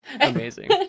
Amazing